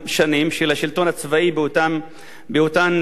של השלטון הצבאי באותן שנים,